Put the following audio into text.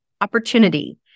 opportunity